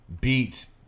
beats